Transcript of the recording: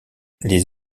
les